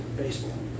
baseball